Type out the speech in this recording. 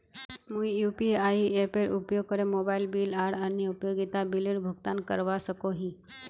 मुई यू.पी.आई एपेर उपयोग करे मोबाइल बिल आर अन्य उपयोगिता बिलेर भुगतान करवा सको ही